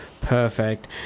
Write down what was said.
Perfect